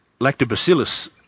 lactobacillus